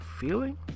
feeling